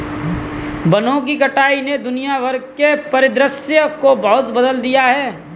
वनों की कटाई ने दुनिया भर के परिदृश्य को बहुत बदल दिया है